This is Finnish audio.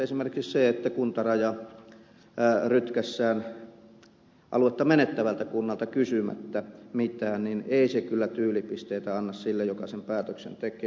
esimerkiksi se että kuntaraja rytkäistään aluetta menettävältä kunnalta kysymättä mitään ei kyllä tyylipisteitä anna sille joka sen päätöksen tekee